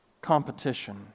competition